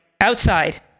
Outside